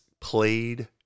played